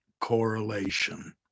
correlation